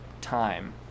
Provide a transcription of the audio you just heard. time